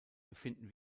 befinden